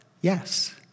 yes